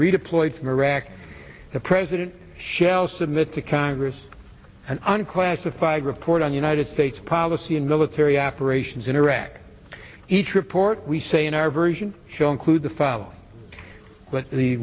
redeployed from iraq the president shall submit to congress an unclassified report on united states policy and military operations in iraq each report we say in our version show include the following but the